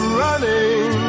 running